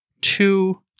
two